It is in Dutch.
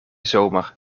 zomer